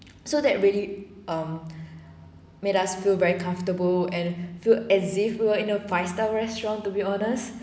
so that really um made us feel very comfortable and feel as if we were in a five star restaurant to be honest